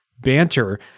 banter